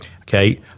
okay